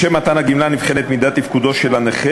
לשם מתן הגמלה נבחנת מידת תפקודו של הנכה